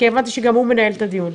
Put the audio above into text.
הבנתי שגם הוא מנהל את הדיון.